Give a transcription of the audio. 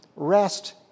Rest